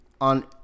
on